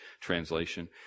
translation